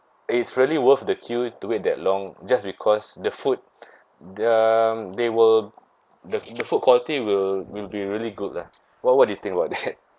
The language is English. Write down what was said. it's really worth the queue to wait that long just because the food um they were the the food quality will will be really good lah what what do you think about that